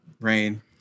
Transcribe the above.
Rain